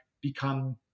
become